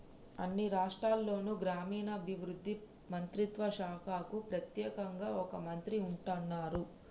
అన్ని రాష్ట్రాల్లోనూ గ్రామీణాభివృద్ధి మంత్రిత్వ శాఖకు ప్రెత్యేకంగా ఒక మంత్రి ఉంటాన్రు